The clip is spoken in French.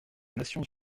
nations